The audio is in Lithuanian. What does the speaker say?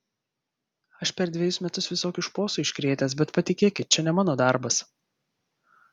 aš per dvejus metus visokių šposų iškrėtęs bet patikėkit čia ne mano darbas